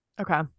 Okay